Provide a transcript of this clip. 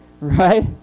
right